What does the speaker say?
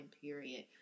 period